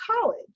college